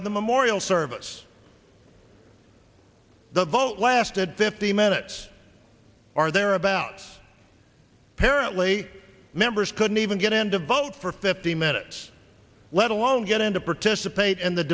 of the memorial service the vote lasted fifty minutes are there abouts apparently members couldn't even get in to vote for fifteen minutes let alone get into participate in the